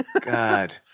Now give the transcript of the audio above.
God